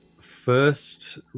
first